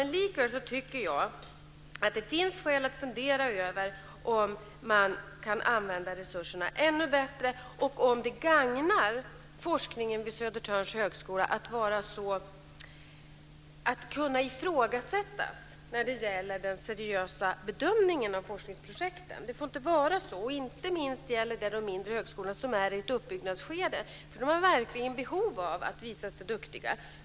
Men likväl tycker jag att det finns skäl att fundera över om man kan använda resurserna ännu bättre och om det gagnar forskningen vid Södertörns högskola att kunna ifrågasättas när det gäller den seriösa bedömningen av forskningsprojekten. Det får inte vara så. Inte minst gäller det de mindre högskolorna som är i ett uppbyggnadsskede. De har verkligen behov av att visa sig duktiga.